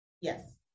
Yes